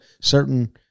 certain